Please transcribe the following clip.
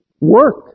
Work